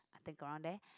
the ground there